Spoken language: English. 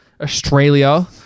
Australia